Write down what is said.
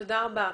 תודה רבה.